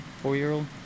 four-year-old